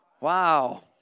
Wow